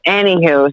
anywho